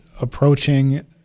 approaching